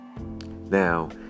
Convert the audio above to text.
now